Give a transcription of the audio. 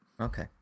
Okay